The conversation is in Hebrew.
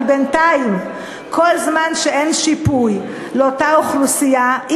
לא, זה לא יהיה אחרי הבחירות.